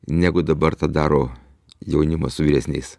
negu dabar tą daro jaunimas su vyresniais